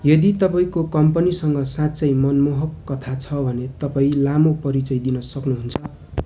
यदि तपाईँँको कम्पनीसँग साँच्चै मनमोहक कथा छ भने तपाईँँ लामो परिचय दिन सक्नु हुन्छ